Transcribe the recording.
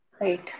Right